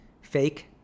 fake